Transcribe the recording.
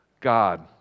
God